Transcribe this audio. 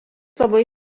labai